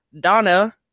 Donna